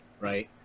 Right